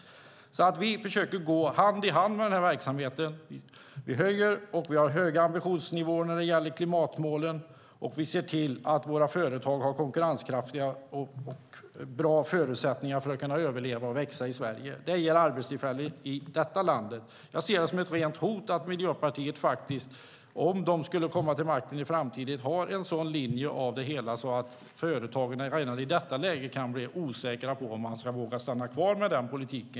Vi försöker gå hand i hand med den här verksamheten. Vi har höga ambitionsnivåer när det gäller klimatmålen, och vi ser till att våra företag har konkurrenskraftiga och bra förutsättningar för att kunna överleva och växa i Sverige. Det ger arbetstillfällen i detta land. Jag ser det som ett rent hot att Miljöpartiet har en sådan linje att företagarna redan i detta läge kan bli osäkra på om de ska våga stanna kvar i Sverige om Miljöpartiet i framtiden skulle komma till makten med den politiken.